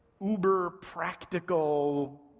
uber-practical